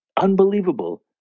unbelievable